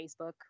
Facebook